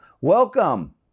Welcome